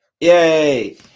Yay